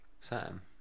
Sam